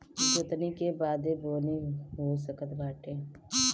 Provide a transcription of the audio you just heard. जोतनी के बादे बोअनी हो सकत बाटे